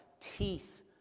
teeth